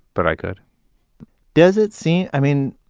but i could does it seem, i mean,